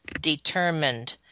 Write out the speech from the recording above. determined